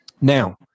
Now